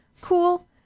Cool